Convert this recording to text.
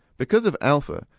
because of alpha,